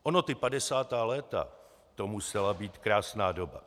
Ono ty padesátá léta, to musela být krásná doba.